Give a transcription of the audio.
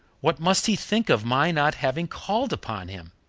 what must he think of my not having called upon him!